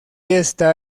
está